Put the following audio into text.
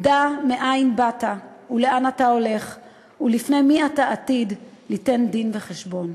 "דע מאין באת ולאן אתה הולך ולפני מי אתה עתיד ליתן דין וחשבון".